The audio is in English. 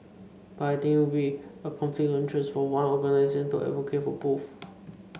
but I think it would be a conflict of interest for one organisation to advocate for both